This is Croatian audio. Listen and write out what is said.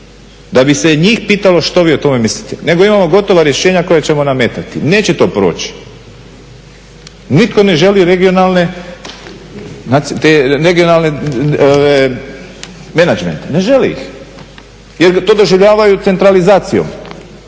da bi se i njih pitalo što vi o tome mislite nego imamo gotova rješenja koja ćemo nametati. Neće to proći. Nitko ne želi regionalne menadžmente, ne želi ih jel to doživljaju centralizacijom,